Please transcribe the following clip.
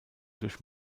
durch